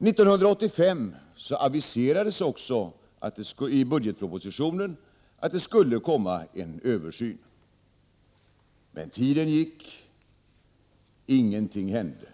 1985 aviserades också i budgetpropositionen att det skulle komma en översyn, men tiden gick och ingenting hände.